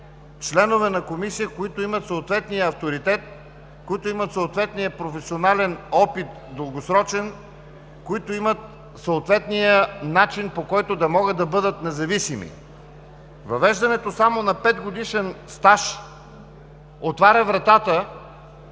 членове на Комисията, които имат съответния авторитет, съответния професионален опит – дългосрочен, да имат съответния начин, по който може да бъдат независими. Въвеждането само на петгодишен стаж отваря вратата